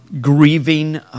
Grieving